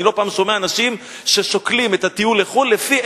אני לא פעם שומע אנשים ששוקלים את הטיול לחוץ-לארץ לפי,